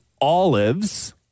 olives